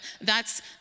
thats